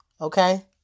okay